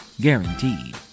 Guaranteed